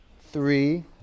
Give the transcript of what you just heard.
three